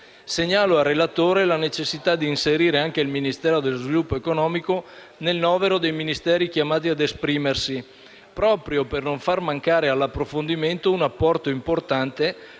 Segnalo al relatore la necessità di inserire anche il Ministero dello sviluppo economico nel novero dei Ministeri chiamati ad esprimersi, proprio per non far mancare all'approfondimento un apporto importante